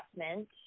adjustment